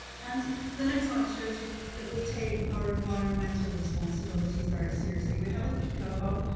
and the next slide shows you that we take our environmental responsibilities very seriously. we have an ecohub,